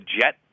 jet